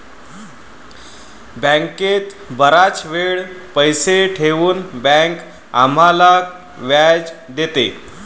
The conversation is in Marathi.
बँकेत बराच वेळ पैसे ठेवून बँक आम्हाला व्याज देते